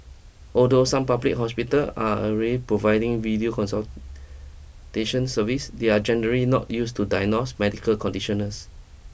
although some public hospital are already providing video consultation service they are generally not used to diagnose medical conditions